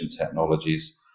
technologies